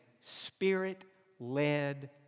spirit-led